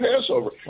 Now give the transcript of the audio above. Passover